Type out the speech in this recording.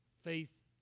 Faith